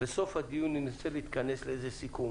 בסוף הדיון ננסה להתכנס לסיכום,